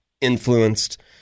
influenced